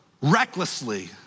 recklessly